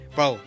Bro